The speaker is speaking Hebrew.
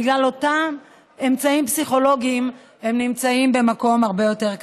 בגלל אותם אמצעים פסיכולוגיים הם נמצאים במקום הרבה יותר קשה.